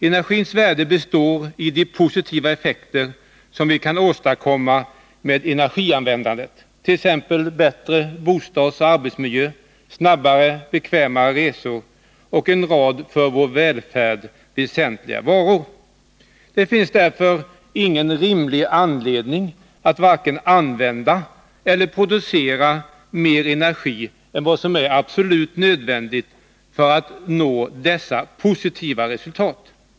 Energins värde består i de positiva effekter som vi kan åstadkomma med energianvändandet, t.ex. bättre bostadsoch arbetsmiljö, snabbare och bekvämare resor samt framställningen av en rad för vår välfärd väsentliga varor. Det finns därför ingen rimlig anledning att vare sig använda eller producera mer energi än vad som är absolut nödvändigt för att nå dessa positiva resultat.